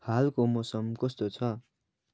हालको मौसम कस्तो छ